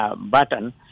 button